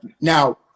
now